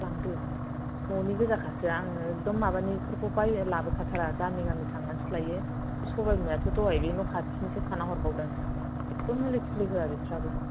लांदो न'नि गोजा खासो आङो एखदम माबानि फोरखौ बायो लाबो खाथारा गामि गामि थांनानैसो लायो सबाइ बिमायाथ' दहाय बे न'खाथिनि सो खानानै हरबावदों जेब्बो मुलि थुलि होआ बिस्राबो